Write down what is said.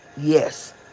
yes